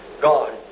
God